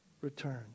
return